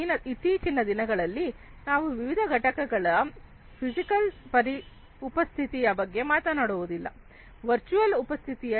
ಇತ್ತೀಚಿನ ದಿನಗಳಲ್ಲಿ ನಾವು ವಿವಿಧ ಘಟಕಗಳ ಫಿಸಿಕಲ್ ಉಪಸ್ಥಿತಿಯ ಬಗ್ಗೆ ಮಾತನಾಡುವುದಿಲ್ಲ ವರ್ಚುವಲ್ ಉಪಸ್ಥಿತಿಯೂ ಇರಬಹುದು